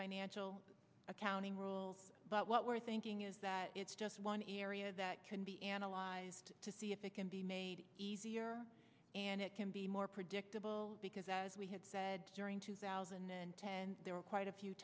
financial accounting rules but what we're thinking is that it's just one area that can be analyzed to see if it can be made and it can be more predictable because as we had said during two thousand there were quite a few